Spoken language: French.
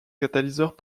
catalyseurs